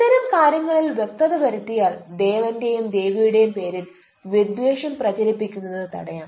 ഇത്തരം കാര്യങ്ങളിൽ വ്യക്തത വരുത്തിയാൽ ദേവന്റെയും ദേവിയുടെയും പേരിൽ വിദ്വേഷം പ്രചരിപ്പിക്കുന്നത് തടയാം